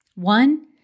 One